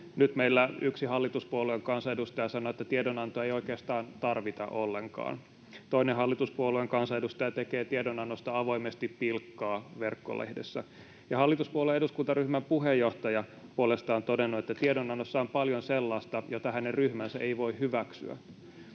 Nyt meillä yksi hallituspuolueen kansanedustaja sanoi, että tiedonantoa ei oikeastaan tarvita ollenkaan. Toinen hallituspuolueen kansanedustaja tekee tiedonannosta avoimesti pilkkaa verkkolehdessä. Ja hallituspuolueen eduskuntaryhmän puheenjohtaja puolestaan on todennut, että tiedonannossa on paljon sellaista, jota hänen ryhmänsä ei voi hyväksyä.